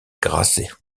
grasset